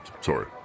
Sorry